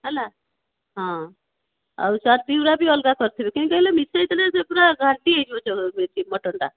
ହେଲା ହଁ ଆଉ ଚର୍ବିଗୁଡ଼ା ବି ଅଲଗା କରିଥିବେ କାଇଁ କହିଲେ ମିଶାଇ ଦେଲେ ସେ ପୁରା ଘାଣ୍ଟି ହୋଇଯିବ ସେ ବେଶୀ ମଟନ୍ଟା